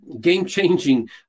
game-changing